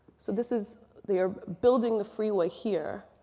so this is, they are building the freeway here.